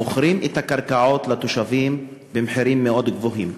שמוכרים את הקרקעות לתושבים במחירים מאוד גבוהים.